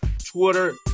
Twitter